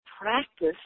practice